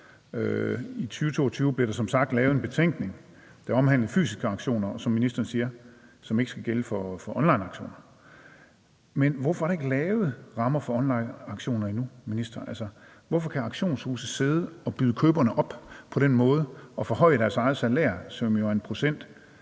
I 2022 blev der som sagt lavet en betænkning, der omhandler fysiske auktioner, og som ikke, som ministeren siger, skal gælde for onlineauktioner. Men hvorfor er der ikke lavet rammer for onlineauktioner endnu? Hvorfor kan auktionshuse sidde og byde priserne op på den måde og forhøje deres eget salær, som jo er en procentandel